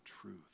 truth